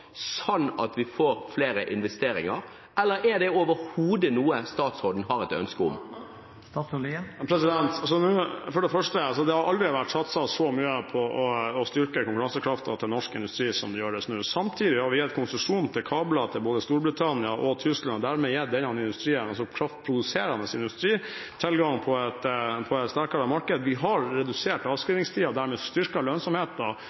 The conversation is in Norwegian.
sånn at vi får flere investeringer? Er det overhodet noe statsråden har et ønske om? For det første: Det har aldri vært satset så mye på å styrke konkurransekraften til norsk industri som man gjør nå. Samtidig har vi gitt konsesjon til kabler til både Storbritannia og Tyskland. Dermed har den kraftproduserende industrien tilgang på et sterkere marked. Vi har redusert avskrivingstiden og dermed styrket lønnsomheten